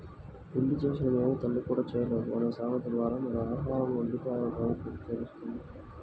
ఉల్లి చేసిన మేలు తల్లి కూడా చేయలేదు అనే సామెత ద్వారా మన ఆహారంలో ఉల్లిపాయల ప్రాముఖ్యత తెలుస్తుంది